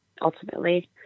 ultimately